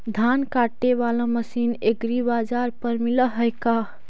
धान काटे बाला मशीन एग्रीबाजार पर मिल है का?